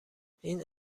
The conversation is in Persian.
این